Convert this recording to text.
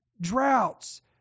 droughts